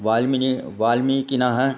वाल्मिकिः वाल्मिकेः